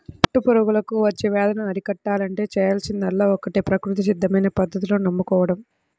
పట్టు పురుగులకు వచ్చే వ్యాధులను అరికట్టాలంటే చేయాల్సిందల్లా ఒక్కటే ప్రకృతి సిద్ధమైన పద్ధతులను నమ్ముకోడం